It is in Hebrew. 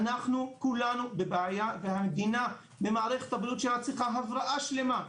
אנחנו כולנו בבעיה והמדינה ומערכת הבריאות שלה צריכה הבראה שלמה.